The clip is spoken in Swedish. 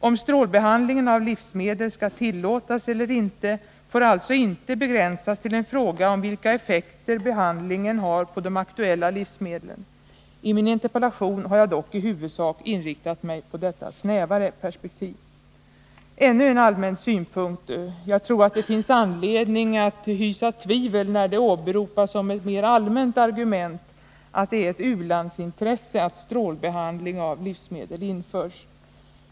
Om strålbehandlingen av livsmedel skall tillåtas eller inte, får alltså inte begränsas till en fråga om vilka effekter behandlingen har på de aktuella livsmedlen. I min interpellation har jag dock i huvudsak inriktat mig på detta snävare perspektiv. Ännu en allmän synpunkt. Jag tror det finns anledning att hysa tvivel när det åberopas som ett mer allmänt argument att det är ett u-landsintresse att strålbehandling av livsmedel införs.